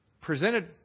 presented